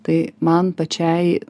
tai man pačiai